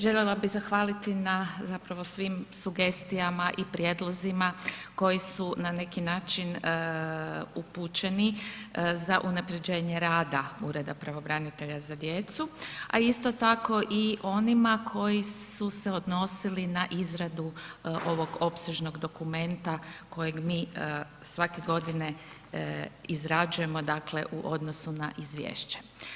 Željela bih zahvaliti na zapravo svim sugestijama i prijedlozima koji su na neki način upućeni za unaprjeđenje rada Ureda pravobranitelja za djecu, a isto tako i onima koji su se odnosili na izradu ovog opsežnog dokumenta kojeg mi svake godine izrađujemo, dakle u odnosu na izvješće.